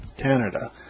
Canada